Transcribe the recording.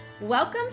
Welcome